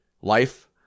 Life